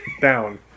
Down